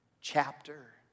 chapter